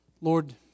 Lord